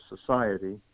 society